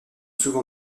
souvent